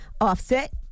Offset